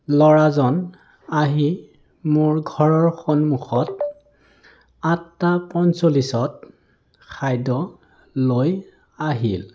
ল'ৰাজন আহি মোৰ ঘৰৰ সন্মুখত আঠটা পঞ্চল্লিছত খাদ্য লৈ আহিল